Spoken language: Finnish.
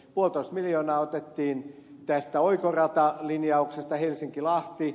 puolitoista miljoonaa otettiin tästä oikoratalinjauksesta helsinkilahti